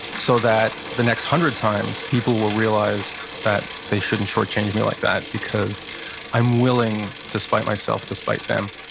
so that the next one hundred times people will realize that they shouldn't shortchange me like that because i'm willing to spite myself to spite them.